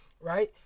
Right